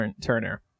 turner